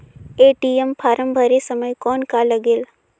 ATM form भरे समय कौन का लगेल?